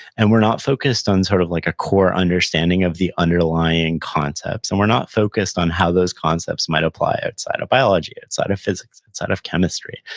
and we're not focused on sort of like a core understanding of the underlying concepts, and we're not focused on how those concepts might apply outside of biology, outside of physics, outside of chemistry,